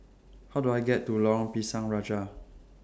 How Do I get to Lorong Pisang Raja